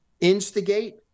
instigate